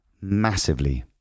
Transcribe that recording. massively